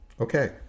Okay